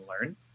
learn